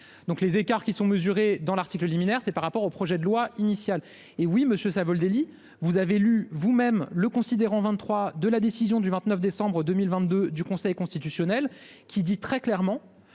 Donc les écarts qui sont mesurées dans l'article liminaire, c'est par rapport au projet de loi initial. Hé oui monsieur Savoldelli vous avez lu vous-même le considérant 23 de la décision du 29 décembre 2022 du Conseil constitutionnel qui dit très clairement